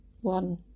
one